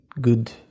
good